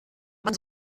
man